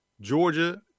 Georgia